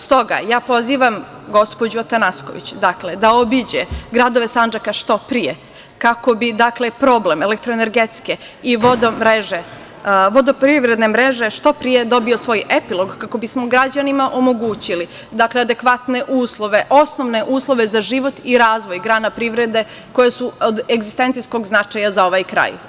Stoga, ja pozivam gospođu Atanasković da obiđe gradove Sandžaka što pre kako bi problem elektroenergetske i vodoprivredne mreže što pre dobio svoj epilog kako bismo građanima omogućili adekvatne uslove, osnovne uslove za život i razvoj grana privrede koje su od egzistencijskog značaja za ovaj kraj.